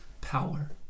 power